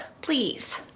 please